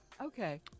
Okay